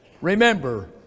Remember